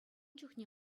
чухне